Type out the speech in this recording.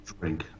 drink